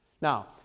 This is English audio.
Now